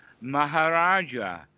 Maharaja